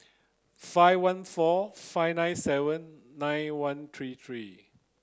five one four five nine seven nine one three three